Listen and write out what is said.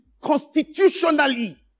constitutionally